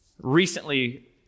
recently